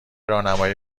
راهنمایی